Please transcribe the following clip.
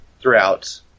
throughout